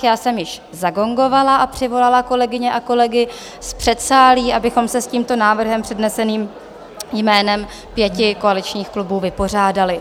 Já jsem již zagongovala a přivolala kolegyně a kolegy z předsálí, abychom se s tímto návrhem předneseným jménem pěti koaličních klubů vypořádali.